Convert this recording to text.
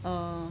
err